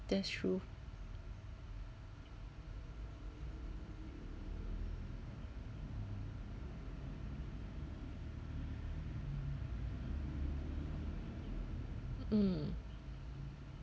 that's true mm